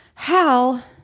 Hal